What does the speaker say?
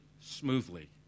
smoothly